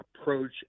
approach